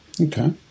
Okay